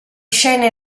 scene